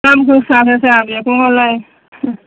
दाम गोसा गोसा मैगङालाय